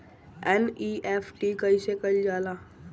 NEFT कइसे कइल जाला?